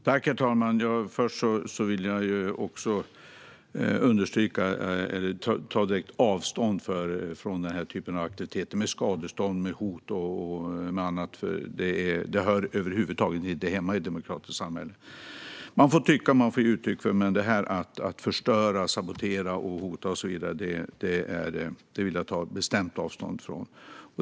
Herr talman! Först vill jag ta direkt avstånd från denna typ av aktiviteter med skadegörelse, hot och annat. Det hör över huvud taget inte hemma i ett demokratiskt samhälle. Man får tycka och ge uttryck för det, men detta med att förstöra, sabotera, hota och så vidare vill jag bestämt ta avstånd från.